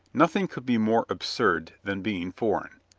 nothing could be more absurd than being foreign,